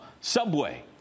Subway